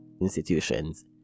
institutions